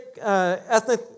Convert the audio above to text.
ethnic